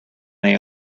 may